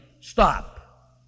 Stop